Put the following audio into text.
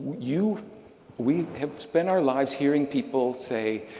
you we have spent our lives hearing people say,